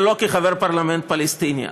ולא כחבר פרלמנט פלסטיני,